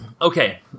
Okay